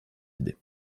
idées